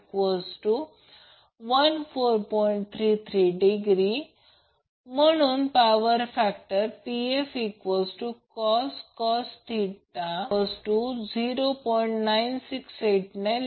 33° म्हणून power factor pfcos 0